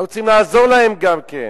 אנחנו רוצים לעזור להם גם כן,